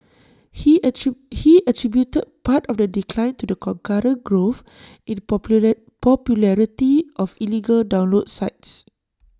he he attributed part of the decline to the concurrent growth in popular popularity of illegal download sites